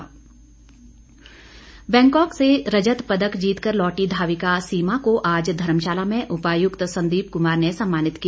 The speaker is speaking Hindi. सम्मान बैंकॉक से रजत पदक जीतकर लौटी धाविका सीमा को आज धर्मशाला में उपायुक्त संदीप कुमार ने सम्मानित किया